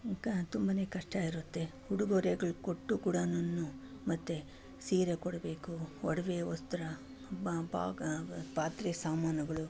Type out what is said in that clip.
ಈಗ ತುಂಬನೇ ಕಷ್ಟವಿರುತ್ತೆ ಉಡುಗೊರೆಗಳು ಕೊಟ್ಟರೂ ಕೂಡನು ಮತ್ತೆ ಸೀರೆ ಕೊಡಬೇಕು ಒಡವೆ ವಸ್ತ್ರ ಪಾ ಬಾ ಪಾತ್ರೆ ಸಾಮಾನುಗಳು